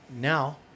Now